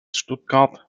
stuttgart